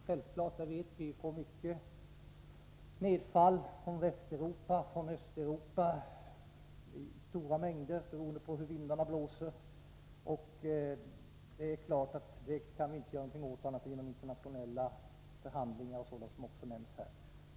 Vi vet ju att vi får nedfall från Västeuropa och Östeuropa i stora mängder, beroende på hur vindarna blåser. Det kan vi naturligtvis inte göra något åt på annat sätt än genom internationella förhandlingar, vilket också nämns i svaret.